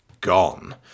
gone